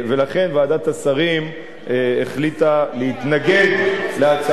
ועדת השרים החליטה להתנגד להצעת החוק,